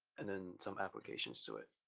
and then some applications to it,